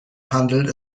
handelt